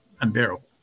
unbearable